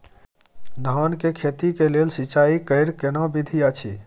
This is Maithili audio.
धान के खेती के लेल सिंचाई कैर केना विधी अछि?